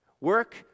Work